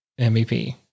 MVP